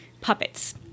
puppets